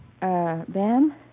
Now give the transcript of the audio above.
Ben